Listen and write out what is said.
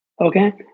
okay